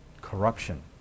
Corruption